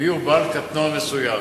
מיהו בעל קטנוע מסוים,